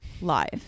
live